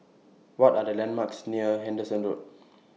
What Are The landmarks near Henderson Road